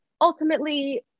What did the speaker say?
ultimately